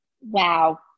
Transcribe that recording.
Wow